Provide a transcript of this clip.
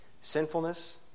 Sinfulness